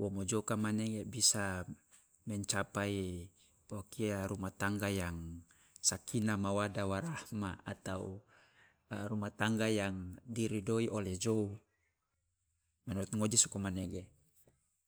wo mojoka mane bisa mencapai o kia rumah tangga yang sakinah mawaddah warahmah atau rumah tangga yang diridhoi oleh jou.